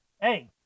Hey